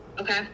Okay